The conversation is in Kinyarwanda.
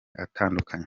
atandukanye